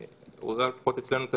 הכמות הגדולה הזאת עוררה לפחות אצלנו את